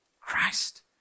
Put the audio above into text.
Christ